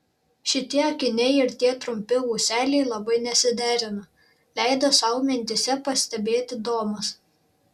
šitie akiniai ir tie trumpi ūseliai labai nesiderina leido sau mintyse pastebėti domas